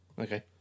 Okay